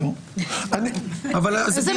לא אבל זה דיאלוג.